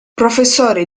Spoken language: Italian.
professore